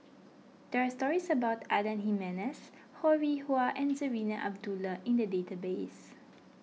there are stories about Adan Jimenez Ho Rih Hwa and Zarinah Abdullah in the database